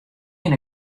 kin